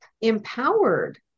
empowered